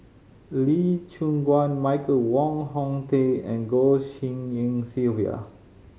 Lee Choon Guan Michael Wong Hong Teng and Goh Tshin En Sylvia